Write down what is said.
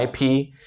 IP